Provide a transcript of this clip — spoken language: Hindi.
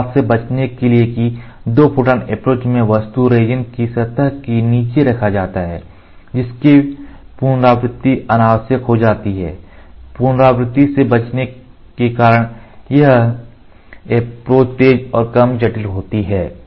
इस बात से बचने के लिए कि दो फोटॉन अप्रोच में वस्तु रेजिन सतह के नीचे रखा जाता है जिससे पुनरावृत्ति अनावश्यक हो जाती है पुनरावृत्ति से बचने के कारण यह अप्रोच तेज और कम जटिल होते हैं